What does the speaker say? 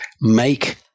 make